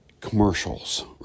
commercials